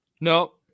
No